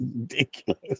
ridiculous